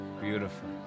Beautiful